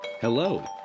Hello